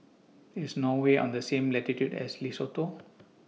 IS Norway on The same latitude as Lesotho